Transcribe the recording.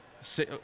say